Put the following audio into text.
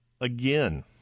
again